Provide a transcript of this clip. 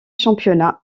championnats